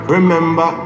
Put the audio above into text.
Remember